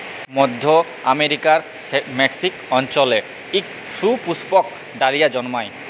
মইধ্য আমেরিকার মেক্সিক অল্চলে ইক সুপুস্পক ডালিয়া জল্মায়